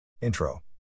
Intro